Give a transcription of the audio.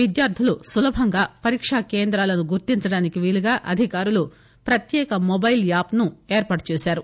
విద్యార్తులు సులభంగా పరీకా కేంద్రాలను గుర్తించేందుకు వీలుగా అధికారులు ప్రత్యేక మొబైల్ యాప్ ను ఏర్పాటు చేశారు